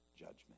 judgment